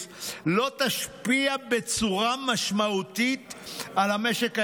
לא תשפיע בצורה משמעותית על המשק הישראלי,